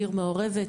מעיר מעורבת.